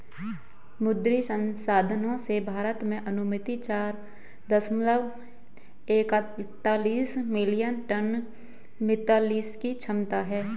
मुद्री संसाधनों से, भारत में अनुमानित चार दशमलव एकतालिश मिलियन टन मात्स्यिकी क्षमता है